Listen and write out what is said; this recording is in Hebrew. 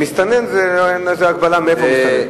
מסתנן, זו הגדרה מאיפה מסתנן.